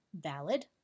valid